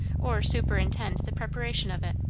or superintend the preparation of it.